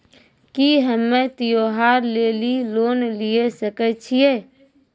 की हम्मय त्योहार लेली लोन लिये सकय छियै?